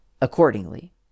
accordingly